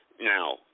now